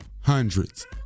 Hundreds